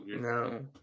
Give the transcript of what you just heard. no